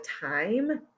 time